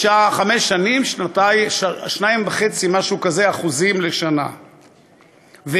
חמש שנים 2.5% לשנה, משהו כזה.